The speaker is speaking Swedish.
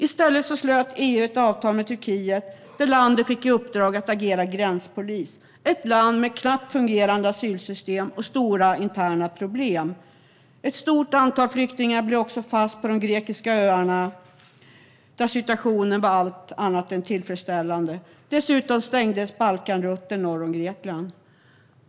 I stället slöt EU ett avtal med Turkiet, där landet fick i uppdrag att agera gränspolis - ett land med knappt fungerande asylsystem och stora interna problem. Ett stort antal flyktingar blev också fast på de grekiska öarna, där situationen var allt annat än tillfredsställande. Dessutom stängdes Balkanrutten norr om Grekland.